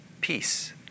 peace